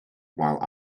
while